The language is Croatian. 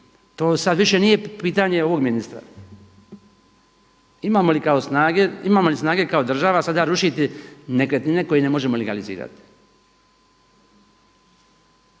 to sad više nije pitanje ovog ministra. Imamo li snage kao država sada rušiti nekretnine koje ne možemo legalizirati?